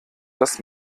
dass